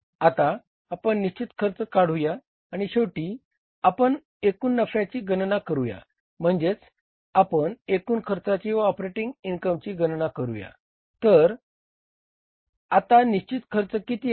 आता आपण निशचित खर्च काढूया आणि शेवटी आपण एकूण नफ्याची गणना करूया म्हणजेच आपण एकूण खर्चाची व ऑपरेटिंग इनकमची गणना करूया तर आता निशचित खर्च किती आहे